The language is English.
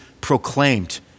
proclaimed